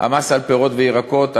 המס על פירות וירקות,